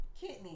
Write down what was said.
kidney